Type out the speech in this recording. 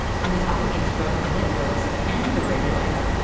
who is up against both the networks and the regulator,